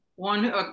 One